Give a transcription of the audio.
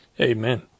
Amen